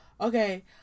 Okay